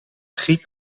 griep